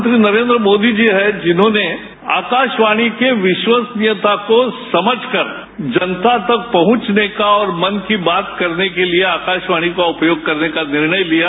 प्रधानमंत्री नरेन्द्रमोदी जी हैं जिन्होंने आकाशवाणी के विश्वसनीयता को समझकर जनता तक पहुंचने का औरश्मन की बातश करने के लिए आकाशवाणी का उपयोग करने का निर्णय लिया